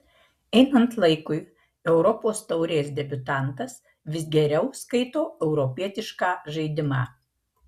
einant laikui europos taurės debiutantas vis geriau skaito europietišką žaidimą